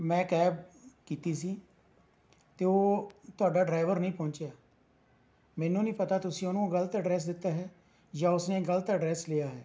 ਮੈਂ ਕੈਬ ਕੀਤੀ ਸੀ ਅਤੇ ਉਹ ਤੁਹਾਡਾ ਡਰਾਈਵਰ ਨਹੀਂ ਪਹੁੰਚਿਆ ਮੈਨੂੰ ਨਹੀਂ ਪਤਾ ਤੁਸੀਂ ਉਹਨੂੰ ਗਲਤ ਐਡਰੇਸ ਦਿੱਤਾ ਹੈ ਜਾਂ ਉਸ ਨੇ ਗਲਤ ਐਡਰੇਸ ਲਿਆ ਹੈ